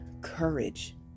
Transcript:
courage